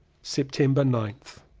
september ninth.